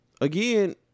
again